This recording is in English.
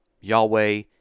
Yahweh